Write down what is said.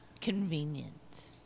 Convenient